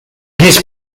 his